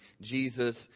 Jesus